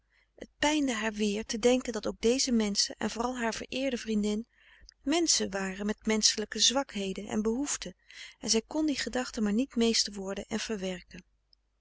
het pijnde haar weer te denken dat ook deze menschen en vooral haar vereerde vriendin menschen waren met menschelijke zwakheden en behoeften en zij kon die gedachte maar niet meester worden en verwerken